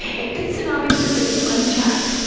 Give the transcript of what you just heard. if this tsunami persists unchecked,